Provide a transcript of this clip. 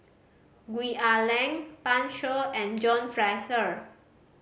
Gwee Ah Leng Pan Shou and John Fraser